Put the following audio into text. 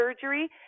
surgery